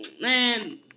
man